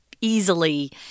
easily